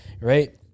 Right